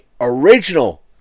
original